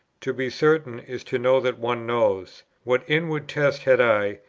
to be certain is to know that one knows what inward test had i,